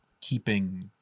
keeping